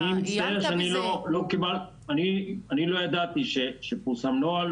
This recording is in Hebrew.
אני מצטער שלא ידעתי שפורסם נוהל,